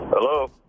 Hello